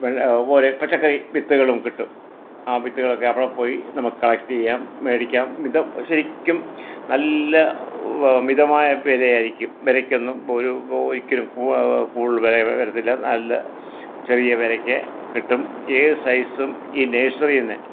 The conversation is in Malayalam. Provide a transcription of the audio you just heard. ഓരോ പച്ചക്കറി വിത്തുകളും കിട്ടും ആ വിത്തുകളൊക്കെ അവിടെ പോയി നമുക്ക് കളക്ട് ചെയ്യാം മേടിക്കാം ഇത് ശരിക്കും നല്ല മിതമായ വിലയായിരിക്കും വിലയ്ക്കൊന്നും ഒരു ഒരിക്കലും കൂടുതൽ വില വരത്തില്ല നല്ല ചെറിയ വിലയ്ക്ക് കിട്ടും ഏത് സൈസും ഈ നഴ്സറിയിൽ നിന്ന്